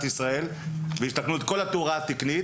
ישראל ושיתקנו את כל התאורה ושהיא תהיה תקנית,